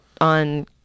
on